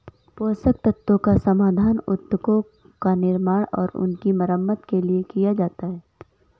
पोषक तत्वों का समाधान उत्तकों का निर्माण और उनकी मरम्मत के लिए किया जाता है